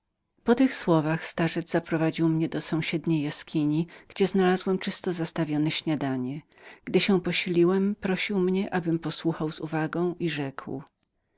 po tych słowach starzec zaprowadził mnie do sąsiedniej jaskini gdzie znalazłem czysto zastawione śniadanie posiliwszy się mój gospodarz prosił mnie abym posłuchał z uwagą i rzekł